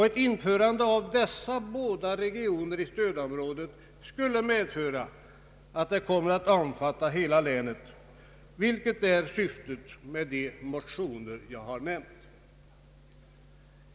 Ett införande av dessa båda regioner i stödområdet skulle medföra att det kommer att omfatta hela länet, vilket är syftet med de nämnda motionerna.